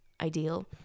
ideal